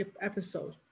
episode